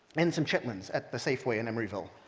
and some chitlins at the safeway in emoryville.